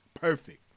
perfect